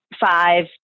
five